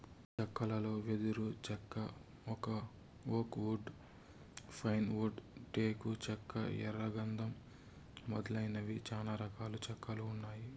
చెక్కలలో వెదురు చెక్క, ఓక్ వుడ్, పైన్ వుడ్, టేకు చెక్క, ఎర్ర గందం మొదలైనవి చానా రకాల చెక్కలు ఉన్నాయి